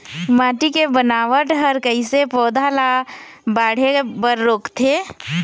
माटी के बनावट हर कइसे पौधा बन ला बाढ़े बर रोकथे?